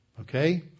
Okay